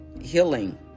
Healing